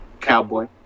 Cowboy